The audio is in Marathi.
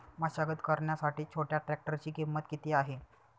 मशागत करण्यासाठी छोट्या ट्रॅक्टरची किंमत किती आहे?